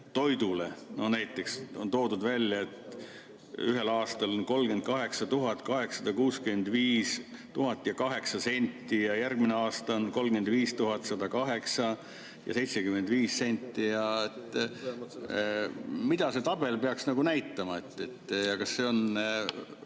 Näiteks on toodud välja, et ühel aastal on 38 865 ja 8 senti ja järgmine aasta on 35 108 ja 75 senti. Mida see tabel peaks näitama ja kas on